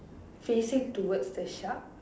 facing towards the shark